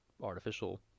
artificial